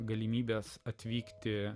galimybes atvykti